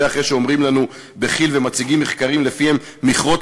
זה אחרי שאומרים לנו בכי"ל ומציגים מחקרים שלפיהם במכרות